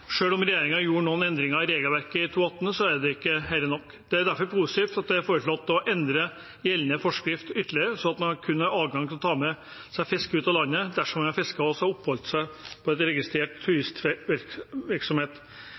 om regjeringen gjorde noen endringer i regelverket i 2018, er ikke det nok. Det er derfor positivt at det er foreslått å endre gjeldende forskrift ytterligere, sånn at det kun er adgang til å ta med seg fisk ut av landet dersom man har fisket og oppholdt seg på en registrert